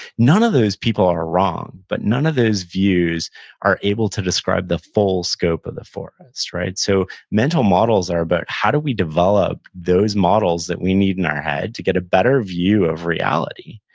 none of those people are wrong, but none of those views are able to describe the full scope of the forest, so, mental models are about how do we develop those models that we need in our head to get a better view of reality,